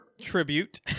tribute